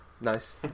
Nice